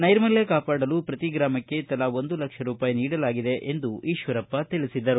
ನೈರ್ಮಲ್ಯ ಕಾಪಾಡಲು ಪ್ರತಿ ಗ್ರಾಮಕ್ಕೆ ತಲಾ ಒಂದು ಲಕ್ಷ ರೂಪಾಯಿ ನೀಡಲಾಗಿದೆ ಎಂದು ತಿಳಿಸಿದರು